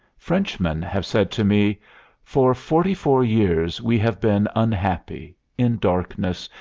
frenchmen have said to me for forty-four years we have been unhappy, in darkness,